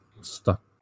stuck